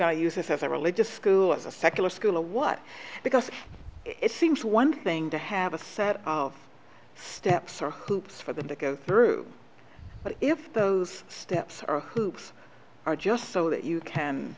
to use this as a religious school as a secular school or what because it seems one thing to have a set of steps or hoops for them to go through but if those steps are hoops are just so that you can